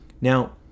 Now